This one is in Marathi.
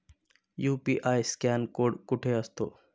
यु.पी.आय स्कॅन कोड कुठे असतो?